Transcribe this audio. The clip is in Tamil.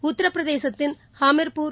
உத்தரப்பிரதேசத்தின் ஹமீர்பூர்